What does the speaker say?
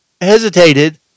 hesitated